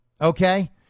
Okay